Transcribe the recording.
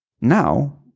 Now